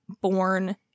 born